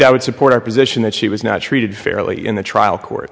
that would support our position that she was not treated fairly in the trial court